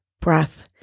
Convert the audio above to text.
breath